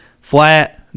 Flat